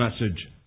message